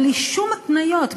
בלי שום התניות,